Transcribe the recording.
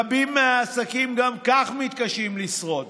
רבים מהעסקים גם כך מתקשים לשרוד